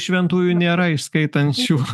šventųjų nėra iš skaitančių